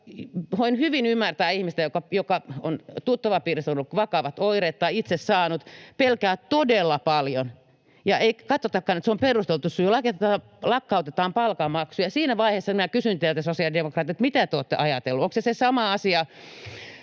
voin hyvin ymmärtää ihmistä, jolla on tuttavapiirissä ollut vakavat oireet tai joka on itse saanut niitä. Hän pelkää todella paljon, ja sitten ei katsotakaan, että se on perusteltu syy, vaan lakkautetaan palkanmaksu. Siinä vaiheessa minä kysyn teiltä, sosiaalidemokraatit, mitä te olette ajatelleet. Onko se sama asia,